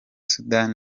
sudan